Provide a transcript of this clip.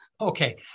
Okay